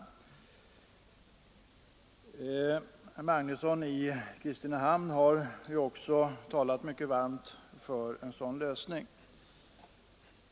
Herr Magnusson i Kristinehamn har också talat mycket varmt för en sådan lösning.